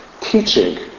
teaching